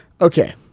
okay